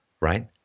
right